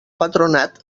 patronat